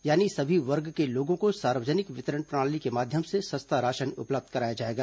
यानी सभी वर्गों के लोगों को सार्वजनिक वितरण प्रणाली के माध्यम से सस्ता राशन उपलब्ध कराया जाएगा